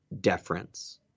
deference